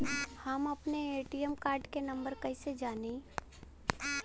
हम अपने ATM card के नंबर कइसे जानी?